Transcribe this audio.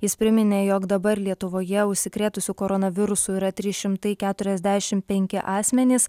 jis priminė jog dabar lietuvoje užsikrėtusių koronavirusu yra trys šimtai keturiasdešimt penki asmenys